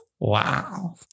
Wow